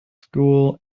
school